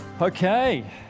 okay